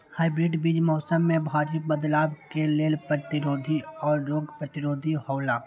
hybrid बीज मौसम में भारी बदलाव के लेल प्रतिरोधी और रोग प्रतिरोधी हौला